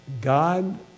God